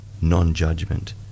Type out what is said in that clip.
non-judgment